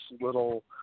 little